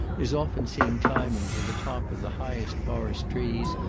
is often seen climbing to the top of the highest forest trees,